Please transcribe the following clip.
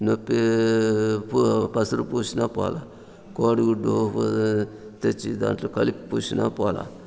నొప్పి పసరు పూసిన పోలేదు కోడిగుడ్డు తెచ్చి దాంట్లో కలిపి పూసిన పోలా